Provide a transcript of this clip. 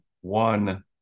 one